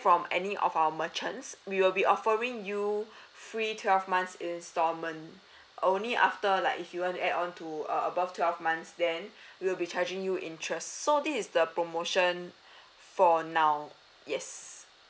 from any of our merchants we will be offering you free twelve months instalment only after like if you want to add on to err above twelve months then we'll be charging you interest so this is the promotion for now yes